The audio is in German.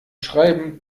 schreiben